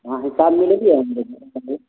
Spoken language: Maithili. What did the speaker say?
अहाँ हिसाब मिलबिऔ